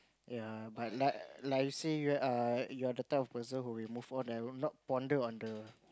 ya but like like you said err you're the type of person who'll move on not ponder on the